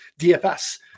DFS